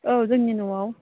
औ जोंनि न'आव